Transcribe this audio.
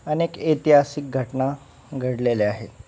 अनेक ऐतिहासिक घटना घडलेल्या आहेत